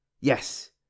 yes